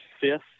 fifth